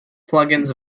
plugins